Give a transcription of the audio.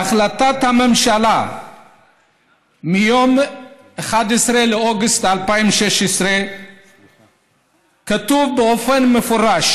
בהחלטת הממשלה מיום 11 באוגוסט 2016 כתוב באופן מפורש